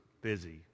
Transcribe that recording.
busy